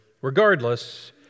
Regardless